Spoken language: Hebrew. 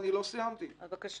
בבקשה,